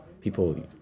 people